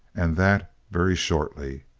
and that very shortly.